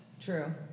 True